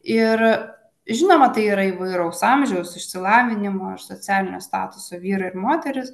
ir žinoma tai yra įvairaus amžiaus išsilavinimo ir socialinio statuso vyrai ir moterys